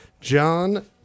John